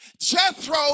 Jethro